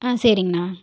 ஆ சரிங்கண்ணா